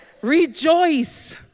Rejoice